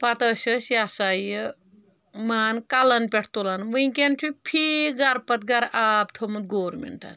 پتہٕ ٲسۍ أسۍ یہِ ہسا یہِ مان کلن پٮ۪ٹھ تُلان ؤنکیٚن چھِ فی گرٕ پتہٕ گرٕ آب تھوٚومُت گورمینٹن